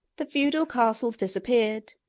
the feudal castles disappeared,